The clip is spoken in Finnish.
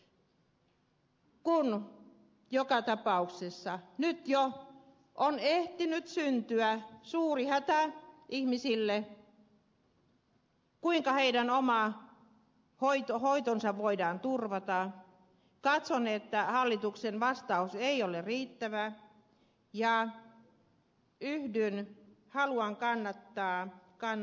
kun joka tapauksessa nyt jo on ehtinyt syntyä suuri hätä ihmisille kuinka heidän oma hoitonsa voidaan turvata katson että hallituksen vastaus ei ole riittävä ja haluan kannattaa ed